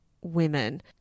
women